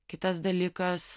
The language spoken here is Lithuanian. kitas dalykas